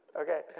Okay